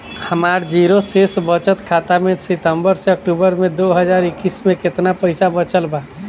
हमार जीरो शेष बचत खाता में सितंबर से अक्तूबर में दो हज़ार इक्कीस में केतना पइसा बचल बा?